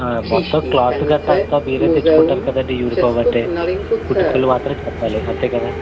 మొత్తం క్లాతు గట్రా అంతా మీరే తెచ్చుకుంటారు కదండి యూనిఫార్మ్ అంటే కుట్టుకూలీ మాత్రం చెప్పాలి అంతే కదా